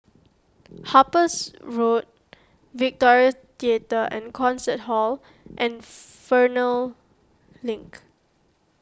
Harpers Road Victoria theatre and Concert Hall and Fernvale Link